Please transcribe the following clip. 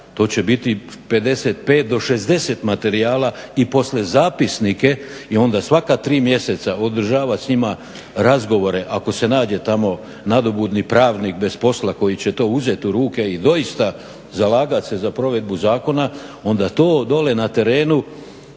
to će biti 55 do 60 materijala i poslije zapisnike i onda svaka 3 mjeseca održava s njima razgovore. Ako se nađe tamo nadobudni pravnik bez posla koji će to uzet u ruke i doista zalagat se za provedbu zakona, onda to dole na terenu,